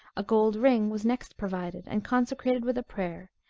a gold ring was next provided, and consecrated with a prayer,